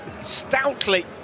stoutly